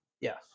Yes